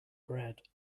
bread